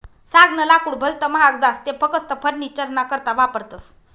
सागनं लाकूड भलत महाग जास ते फकस्त फर्निचरना करता वापरतस